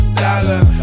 dollar